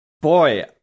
Boy